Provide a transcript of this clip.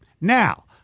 Now